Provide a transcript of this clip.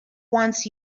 wants